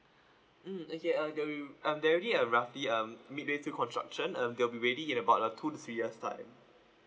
mm okay uh there'll uh there already a roughly um mid way through construction um there'll be ready in about a two to three years time